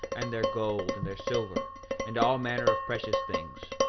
and their gold and their silver and all manner of precious things,